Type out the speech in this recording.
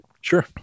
sure